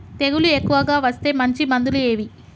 తెగులు ఎక్కువగా వస్తే మంచి మందులు ఏవి?